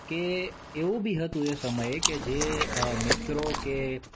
કે એવું બી હતું એ સમયે કે જે મિત્રો કે